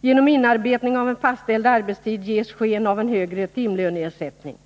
Genom inarbetning av en fastställd arbetstid ges sken av en högre timlöneersättning.